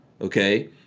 okay